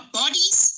bodies